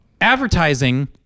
Advertising